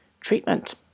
treatment